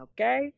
okay